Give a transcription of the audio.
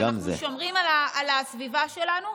שאנחנו שומרים על הסביבה שלנו,